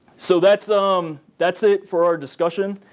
so that's um that's it for our discussion.